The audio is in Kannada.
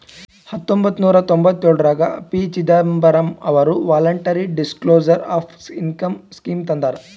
ಹತೊಂಬತ್ತ ನೂರಾ ತೊಂಭತ್ತಯೋಳ್ರಾಗ ಪಿ.ಚಿದಂಬರಂ ಅವರು voluntary disclosure of income scheme ತಂದಾರ